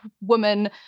woman